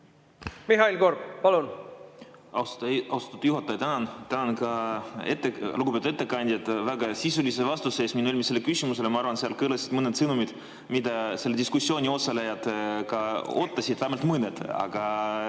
Mihhail Korb, palun! Austatud juhataja, tänan! Tänan ka lugupeetud ettekandjat väga sisulise vastuse eest minu eelmisele küsimusele. Ma arvan, et seal kõlasid mõned sõnumid, mida sellel diskussioonil osalejad ka ootasid, vähemalt mõned.